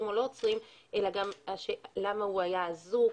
או לא עוצרים אלא גם למה הוא היה אזוק,